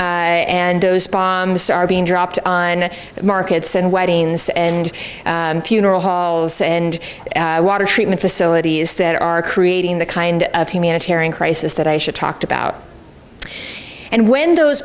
s and those bombs are being dropped on markets and weddings and funeral halls and water treatment facilities that are creating the kind of humanitarian crisis that i should talk about and windows